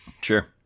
Sure